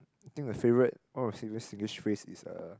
think my favourite one of my favourite Singlish phrase is uh